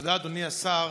תודה, אדוני השר.